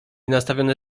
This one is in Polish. nastawione